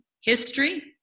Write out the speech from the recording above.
History